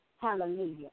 Hallelujah